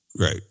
Right